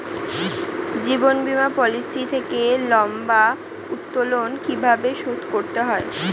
জীবন বীমা পলিসি থেকে লম্বা উত্তোলন কিভাবে শোধ করতে হয়?